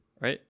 right